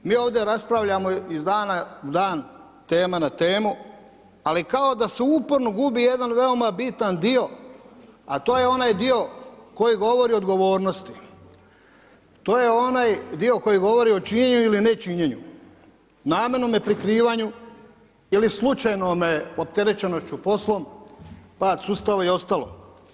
Mi ovdje raspravljamo iz dana u dan, tema na temu ali kao da se uporno gubi jedan veoma bitan dio a to je onaj dio koji govori o odgovornosti, to je onaj dio koji govori o činjenju ili nečinjenju, namjernome prikrivanju ili slučajnome opterećenošću poslom, pad sustavu i ostalom.